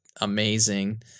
amazing